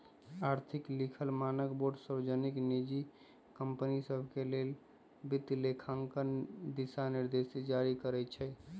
आर्थिक लिखल मानकबोर्ड सार्वजनिक, निजी कंपनि सभके लेल वित्तलेखांकन दिशानिर्देश जारी करइ छै